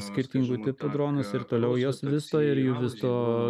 skirtingų tipų dronus ir toliau juos viso ir jų visų